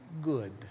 good